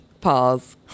pause